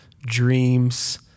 dreams